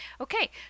okay